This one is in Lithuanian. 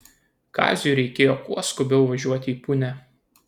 kaziui reikėjo kuo skubiau važiuot į punią